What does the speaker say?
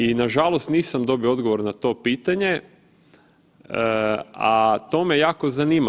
I nažalost nisam dobio odgovor na to pitanje, a to me jako zanima.